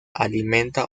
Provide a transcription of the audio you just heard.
alimenta